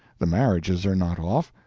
the marriages are not off,